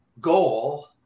goal